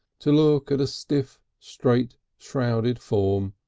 to look at a stiff, straight, shrouded form,